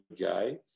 guy